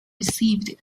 received